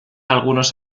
algunos